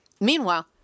Meanwhile